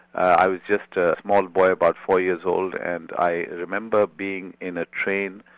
i was just a small boy about four years old and i remember being in a train.